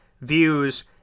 views